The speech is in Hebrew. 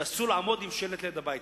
שאסור לעמוד עם שלט ליד הבית.